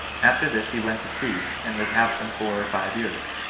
after this he went to sea, and was aosent four or five years.